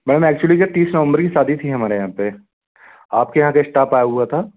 मैं एक्चुअली क्या तीस नवंबर कि शादी थी हमारे यहाँ पे आपके यहाँ का इस्टाप आया हुआ था